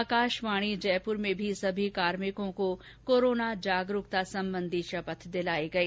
आकाशवाणी जयपुर में भी सभी कार्मिकों को कोरोना जागरूकता संबंधी शपथ दिलाई गई